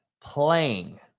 playing